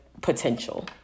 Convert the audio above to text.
potential